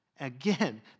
Again